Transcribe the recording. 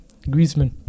Griezmann